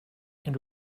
and